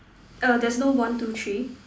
err there's no one two three